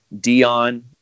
Dion